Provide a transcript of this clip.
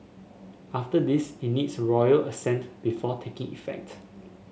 after this it needs royal assent before taking effect